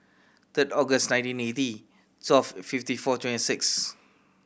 third August nineteen eighty twelve fifty four twenty six